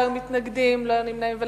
מתנגדים, לא היו נמנעים.